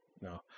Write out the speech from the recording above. no